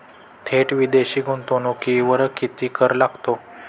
थेट विदेशी गुंतवणुकीवर किती कर लागतो?